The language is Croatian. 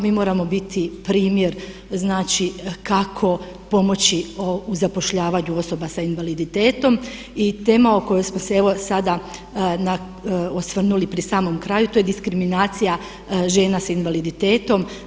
Mi moramo biti primjer znači kako pomoći u zapošljavanju osoba sa invaliditetom i tema o kojoj smo se evo sada osvrnuli pri samom kraju, to je diskriminacija žena s invaliditetom.